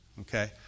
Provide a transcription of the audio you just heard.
Okay